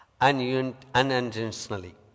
unintentionally